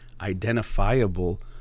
identifiable